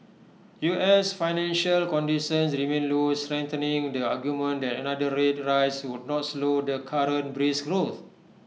U S financial conditions remain loose strengthening the argument that another rate rise would not slow the current brisk growth